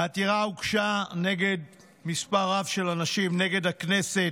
העתירה הוגשה על ידי מספר רב של אנשים נגד הכנסת,